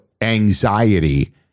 anxiety